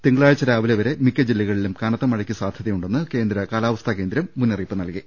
തിങ്കളാഴ്ച രാവിലെവരെ മിക്ക ജില്ലകളിലും കനത്ത മഴയ്ക്ക് സാധ്യത യുണ്ടെന്ന് കേന്ദ്ര കാലാവസ്ഥ നിരീക്ഷണകേന്ദ്രം മുന്നറിയിപ്പ് നൽകി